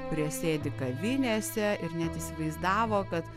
kurie sėdi kavinėse ir net įsivaizdavo kad